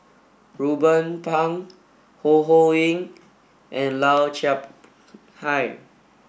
Ruben Pang Ho Ho Ying and Lau Chiap Khai